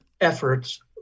efforts